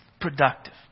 productive